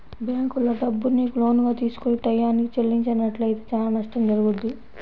బ్యేంకుల్లో డబ్బుని లోనుగా తీసుకొని టైయ్యానికి చెల్లించనట్లయితే చానా నష్టం జరుగుద్ది